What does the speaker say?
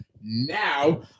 Now